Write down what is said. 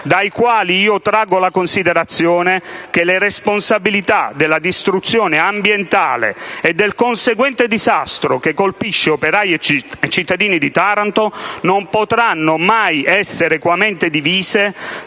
dai quali io traggo la considerazione che le responsabilità della distruzione ambientale e del conseguente disastro che colpisce operai e cittadini di Taranto non potranno mai essere equamente divise